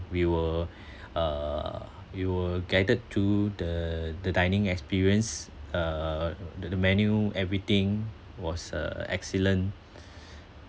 we were uh we were guided to the the dining experience uh the the menu everything was uh excellent